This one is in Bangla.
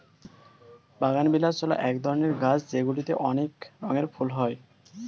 বাগানবিলাস হল এক রকমের গাছ যেগুলিতে অনেক রঙের ফুল হয়